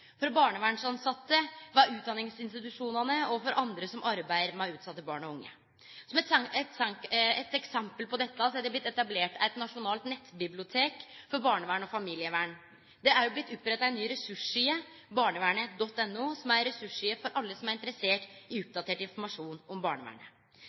for barnevernstilsette, ved utdanningsinstitusjonane og for andre som arbeider med utsette barn og unge. Som eit eksempel på dette er det blitt etablert eit nasjonalt nettbibliotek for barnevern og familievern. Det har òg blitt oppretta ei ny ressursside, barnevernet.no, som er ei ressursside for alle som er interesserte i